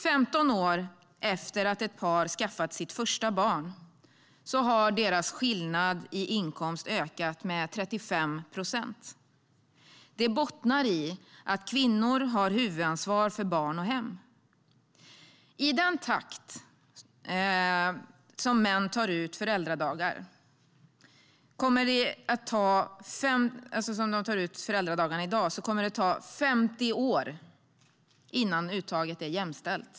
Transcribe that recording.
15 år efter att ett par skaffat sitt första barn har deras skillnad i inkomst ökat med 35 procent. Det bottnar i att kvinnor har huvudansvar för barn och hem. Med den takt män tar ut föräldradagar i dag kommer det att ta 50 år innan uttaget är jämställt.